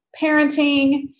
parenting